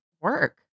work